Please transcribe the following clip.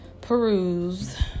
peruse